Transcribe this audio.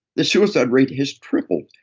the suicide rate has tripled.